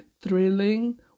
thrilling